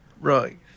Right